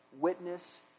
witness